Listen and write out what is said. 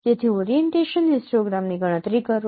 તેથી ઓરિએન્ટેશન હિસ્ટોગ્રામની ગણતરી કરો